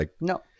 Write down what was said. No